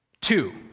Two